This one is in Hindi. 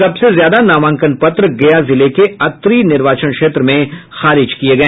सबसे ज्यादा नामांकन पत्र गया जिले के अत्रि निर्वाचन क्षेत्र में खारिज किए गए